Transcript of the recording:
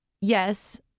Yes